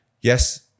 Yes